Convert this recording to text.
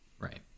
Right